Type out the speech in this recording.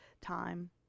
time